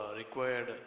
required